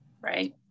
right